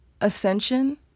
ascension